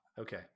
Okay